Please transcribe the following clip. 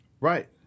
right